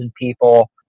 people